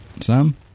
Sam